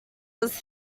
was